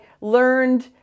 learned